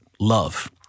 love